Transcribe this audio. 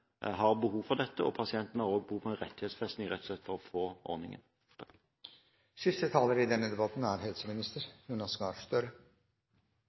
har behov for dette, har de også behov for en rettighetsfesting, rett og slett for å få ordningen. Jeg tror det store bildet er